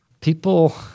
people